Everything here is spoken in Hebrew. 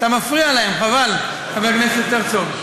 אתה מפריע להן, חבל, חבר הכנסת הרצוג.